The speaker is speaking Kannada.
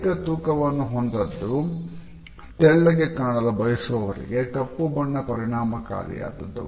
ಅಧಿಕ ತೂಕವನ್ನು ಹೊಂದಿದ್ದು ತೆಳ್ಳಗೆ ಕಾಣಲು ಬಯಸುವವರಿಗೆ ಕಪ್ಪು ಬಣ್ಣ ಪರಿಣಾಮಕಾರಿಯಾದುದು